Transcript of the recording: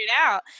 out